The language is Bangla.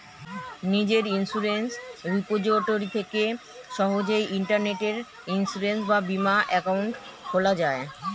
নিজের ইন্সুরেন্স রিপোজিটরি থেকে সহজেই ইন্টারনেটে ইন্সুরেন্স বা বীমা অ্যাকাউন্ট খোলা যায়